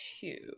two